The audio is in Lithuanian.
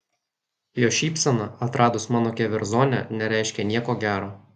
jo šypsena atradus mano keverzonę nereiškė nieko gero